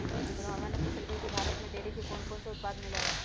रोहणवा ने पूछल कई की भारत में डेयरी के कौनकौन से उत्पाद मिला हई?